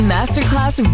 Masterclass